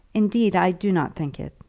indeed, i do not think it.